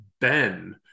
Ben